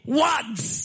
words